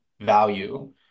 value